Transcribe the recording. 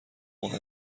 ماه